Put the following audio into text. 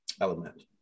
element